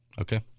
Okay